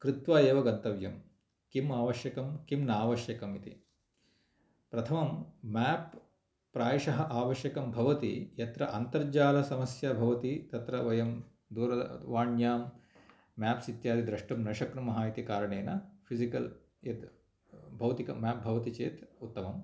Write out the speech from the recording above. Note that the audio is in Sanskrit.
कृत्वा एव गन्तव्यं किम् आवश्यकं किं न आवश्यकम् इति प्रथमं मेप् प्रायशः आवश्यकं भवति यत्र अन्तरजालसमस्या भवति तत्र वयं दूरवाण्यां मेप्स् इत्यादि द्रष्टुं न शक्नुमः इति कारणेन फिजिकल् यत् भौतिक मेप् भवति चेत् उत्तमम्